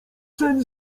sen